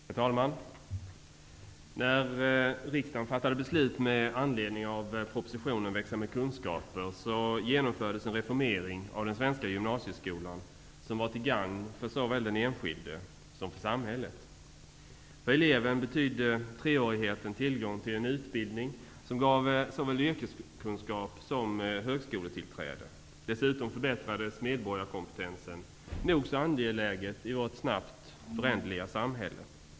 Herr talman! När riksdagen fattade beslut med anledning av propositionen Växa med kunskaper genomfördes en reformering av den svenska gymnasieskolan som var till gagn för såväl den enskilde som för samhället. För eleven betydde treårigheten tillgång till en utbildning som gav såväl yrkeskunskap som högskoletillträde. Dessutom förbättrades medborgarkompetensen, vilket är nog så angeläget i vårt snabbt föränderliga samhälle.